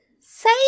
say